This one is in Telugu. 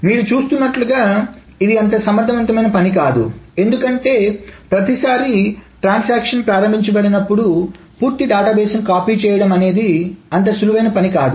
మీరు చూస్తున్నట్లుగా ఇది అంత సమర్థవంతమైన పని కాదు ఎందుకంటే ప్రతిసారి ట్రాన్సాక్షన్ ప్రారంభించినప్పుడు పూర్తి డేటాబేస్ను కాపీ చేయడం అనేది అంత సులువైన పని కాదు